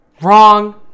Wrong